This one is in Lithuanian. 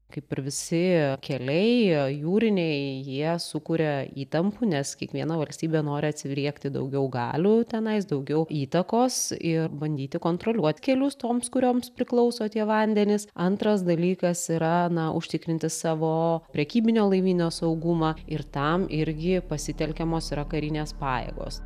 kaip ir visi keliai jūriniai jie sukuria įtampų nes kiekviena valstybė nori atsiriekti daugiau galių tenais daugiau įtakos ir bandyti kontroliuot kelius toms kurioms priklauso tie vandenys antras dalykas yra na užtikrinti savo prekybinio laivyno saugumą ir tam irgi pasitelkiamos yra karinės pajėgos